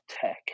tech